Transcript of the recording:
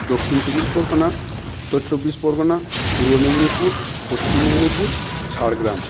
দক্ষিণ চব্বিশ পরগনা উত্তর চব্বিশ পরগনা পূর্ব মেদিনীপুর পশ্চিম মেদিনীপুর ঝাড়গ্রাম